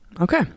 okay